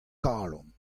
kalon